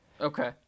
Okay